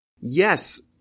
Yes